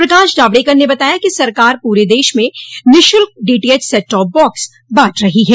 प्रकाश जावड़ेकर ने बताया कि सरकार पूरे देश में निशुल्क डीटीएच सेटटॉप बॉक्स बांट रही है